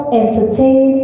entertain